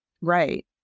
Right